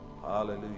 Hallelujah